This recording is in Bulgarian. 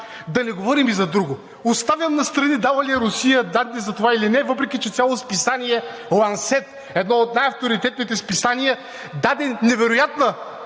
Да не говорим и за друго. Оставам настрани дала ли е Русия данни за това или не, въпреки че цяло списание Lancet, едно от най-авторитетните списания, даде невероятна